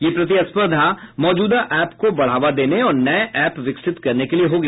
यह प्रतिस्पर्धा मौजूदा ऐप को बढ़ावा देने और नए ऐप विकसित करने के लिए होगी